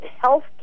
health